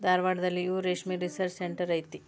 ಧಾರವಾಡದಲ್ಲಿಯೂ ರೇಶ್ಮೆ research centre ಐತಿ